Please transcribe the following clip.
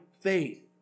faith